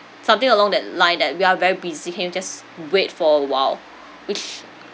something along that line that we are very busy can you just wait for a while which